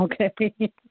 Okay